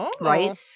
right